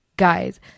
guys